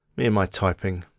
me and my typing.